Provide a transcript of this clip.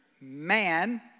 man